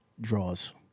draws